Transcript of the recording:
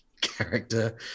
character